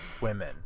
women